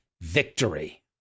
victory